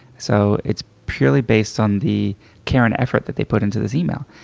so it's purely based on the care and effort that they put into this email.